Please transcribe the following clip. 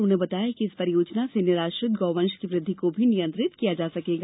उन्होंने बताया कि इस परियोजना से निराश्रित गौवंश की वृद्धि को भी नियंत्रित किया जा सकेगा